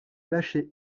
lâcher